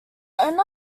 owner